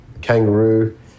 kangaroo